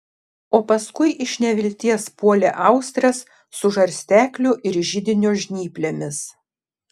o paskui iš nevilties puolė austres su žarstekliu ir židinio žnyplėmis